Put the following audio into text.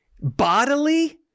bodily